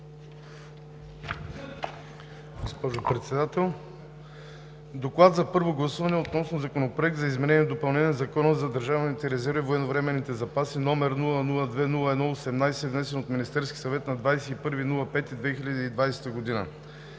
„ДОКЛАД за първо гласуване относно Законопроект за изменение и допълнение на Закона за държавните резерви и военновременните запаси, № 002-01-18, внесен от Министерския съвет на 21 май 2020 г.